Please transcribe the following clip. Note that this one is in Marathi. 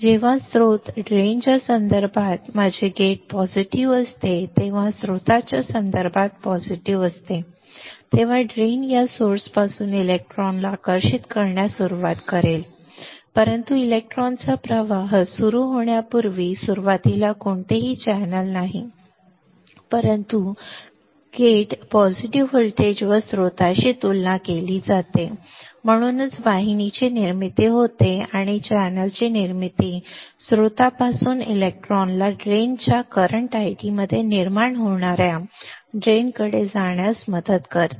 जेव्हा स्त्रोत ड्रेन च्या संदर्भात माझे गेट पॉझिटिव्ह असते तेव्हा स्त्रोताच्या संदर्भात सकारात्मक असते तेव्हा ड्रेन या स्त्रोतापासून इलेक्ट्रॉनला आकर्षित करण्यास सुरवात करेल परंतु इलेक्ट्रॉनचा प्रवाह सुरू होण्यापूर्वी सुरुवातीला कोणतेही चॅनेल नाही परंतु कारण गेट पॉझिटिव्ह व्होल्टेजवर स्त्रोताशी तुलना केली जाते म्हणूनच वाहिनीची निर्मिती होते आणि चॅनेलची ही निर्मिती स्त्रोतापासून इलेक्ट्रॉनला ड्रेन च्या करंट आयडीमध्ये निर्माण होणाऱ्या नाल्याकडे जाण्यास मदत करेल